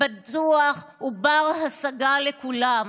בטוח ובר-השגה לכולם.